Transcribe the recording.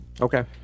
Okay